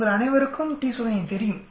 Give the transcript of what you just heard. உங்கள் அனைவருக்கும் t சோதனை தெரியும்